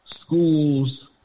schools